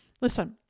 listen